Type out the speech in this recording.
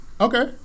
okay